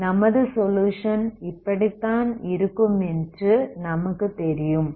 ஆகவே நமது சொலுயுஷன் இப்படித்தான் இருக்கும் என்று நமக்கு தெரியும்